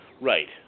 Right